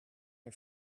her